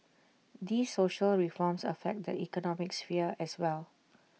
these social reforms affect the economic sphere as well